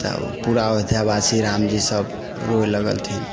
तऽ पूरा अयोध्या वासी रामजी सभ रोये लगलथिन